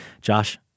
josh